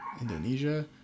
Indonesia